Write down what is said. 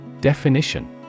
Definition